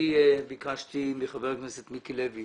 אני ביקשתי מחבר הכנסת מיקי לוי